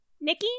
Nikki